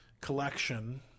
collection